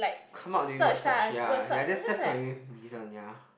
come out during word search ya that's my main reason ya